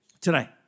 Today